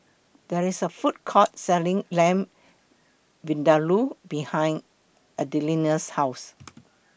There IS A Food Court Selling Lamb Vindaloo behind Adelina's House